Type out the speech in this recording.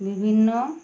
বিভিন্ন